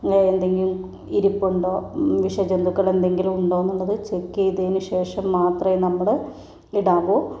വേറെന്തെങ്കിലും ഇരിപ്പുണ്ടോ വിഷജന്തുക്കള് എന്തെങ്കിലും ഉണ്ടോന്നുള്ളത് ചെക്ക് ചെയ്തതിന് ശേഷം മാത്രമേ നമ്മള് ഇടാവു